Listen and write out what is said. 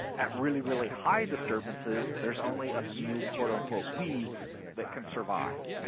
at really, really high disturbances, there's only a few quote, unquote weeds that can survive.